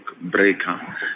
breaker